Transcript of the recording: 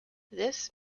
this